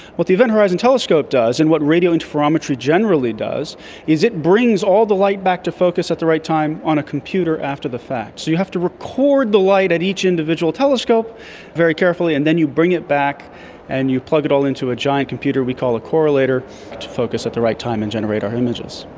what the event horizon telescope does and what radio interferometry generally does is it brings all the light back to focus at the right time on a computer after the fact. so you have to record the light at each individual telescope very carefully and then you bring it back and you plug it all into a giant computer we call a correlator to focus at the right time and generate our images.